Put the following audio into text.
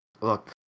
Look